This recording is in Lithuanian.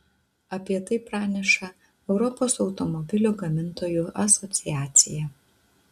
apie tai praneša europos automobilių gamintojų asociacija